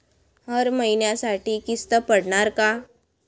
हर महिन्यासाठी किस्त पडनार का?